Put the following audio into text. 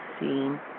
seen